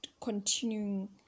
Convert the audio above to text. continuing